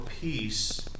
peace